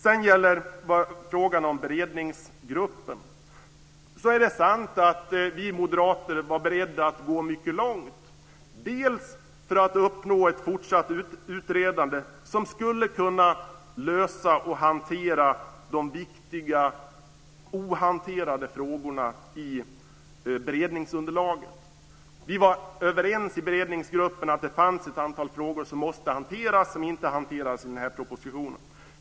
Beträffande frågan om beredningsgruppen så är det sant att vi moderater var beredda att gå mycket långt, bl.a. för att uppnå ett fortsatt utredande som skulle kunna lösa och hantera de viktiga ohanterade frågorna i beredningsunderlaget. Vi var överens i beredningsgruppen om att det fanns ett antal frågor som måste hanteras som inte hanteras i denna proposition.